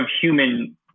human